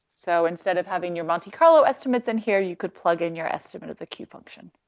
so instead of having your monte carlo estimates in here, you could plug in your estimate of the q function.